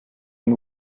and